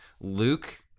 Luke